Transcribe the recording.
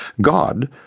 God